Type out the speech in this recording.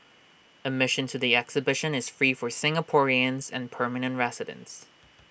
admission to the exhibition is free for Singaporeans and permanent residents